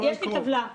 יש לי טבלה של מוסדות.